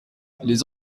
les